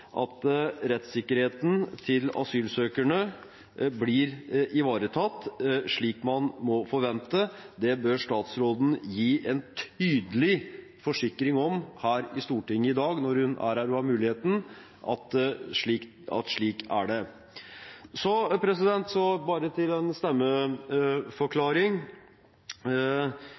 at rettssikkerheten til asylsøkerne blir ivaretatt slik man må forvente. Statsråden bør gi en tydelig forsikring om det her i Stortinget i dag, når hun er her og har muligheten, at slik er det. Så bare en stemmeforklaring.